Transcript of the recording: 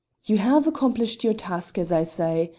you have accomplished your task, as i say,